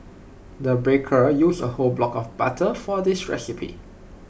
the baker used A whole block of butter for this recipe